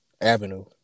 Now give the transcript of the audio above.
avenue